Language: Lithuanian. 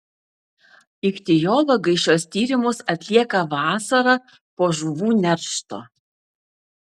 ichtiologai šiuos tyrimus atlieka vasarą po žuvų neršto